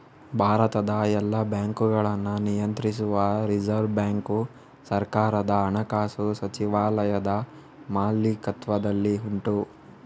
ಭಾರತದ ಎಲ್ಲ ಬ್ಯಾಂಕುಗಳನ್ನ ನಿಯಂತ್ರಿಸುವ ರಿಸರ್ವ್ ಬ್ಯಾಂಕು ಸರ್ಕಾರದ ಹಣಕಾಸು ಸಚಿವಾಲಯದ ಮಾಲೀಕತ್ವದಲ್ಲಿ ಉಂಟು